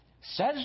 Says